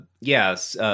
yes